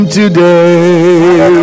today